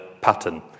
pattern